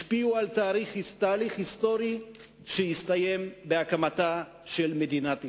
השפיעו על תהליך היסטורי שהסתיים בהקמתה של מדינת ישראל.